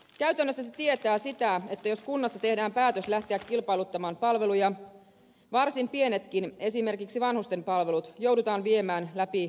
käytännössä se tietää sitä että jos kunnassa tehdään päätös lähteä kilpailuttamaan palveluja varsin pienetkin palvelut esimerkiksi vanhusten palvelut joudutaan viemään läpi kilpailutusprosessin